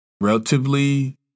relatively